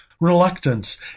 reluctance